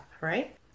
right